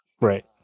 Right